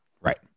Right